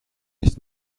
nicht